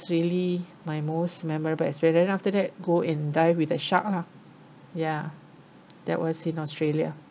really my most memorable experience then after that go and dive with a shark lah ya that was in australia